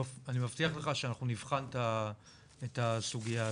אני מבטיח לך שנבחן את הסוגיה הזאת.